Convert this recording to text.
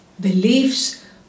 beliefs